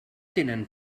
tenen